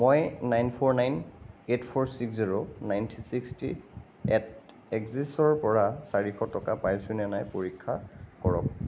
মই nine four nine eight four six zero nine three six three এট এক্সিচৰ পৰা চাৰিশ টকা পাইছোঁ নে নাই পৰীক্ষা কৰক